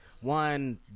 one